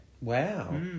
Wow